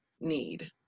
need